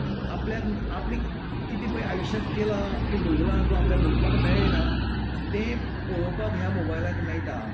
आपल्याक आपणी कितें पळय आयुश्यात केला आपणे भोगलां किंवां आपल्याक भोगपाक मेळना तें पळोवपाक ह्या मोबायलांत मेळटा